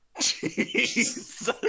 Jesus